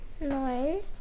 No